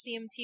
CMT